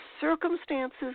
circumstances